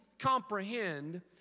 comprehend